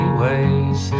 ways